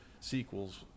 sequels